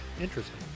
Interesting